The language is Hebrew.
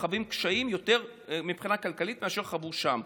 וחווים קשיים כלכליים יותר מאשר חוו שם,